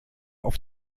auf